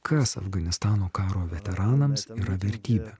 kas afganistano karo veteranamas yra vertybė